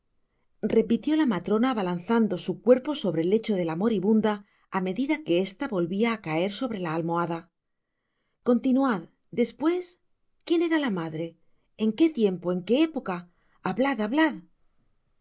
repitió la matrona abalanzando su cuerpo sobre el lecho de la moribunda á medida que esta volvia á caer sobre la almohada continuad y despues quién era la madre en qué tiempo en qué época hablad